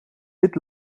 dit